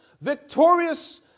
victorious